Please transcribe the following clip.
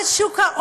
על שוק ההון,